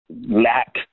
lack